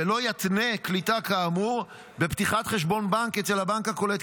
ולא יתנה קליטה כאמור בפתיחת חשבון בנק אצל הבנק הקולט.